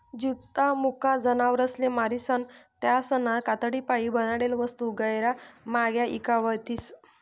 जित्ता मुका जनावरसले मारीसन त्यासना कातडीपाईन बनाडेल वस्तू गैयरा म्हांग्या ईकावतीस